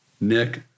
Nick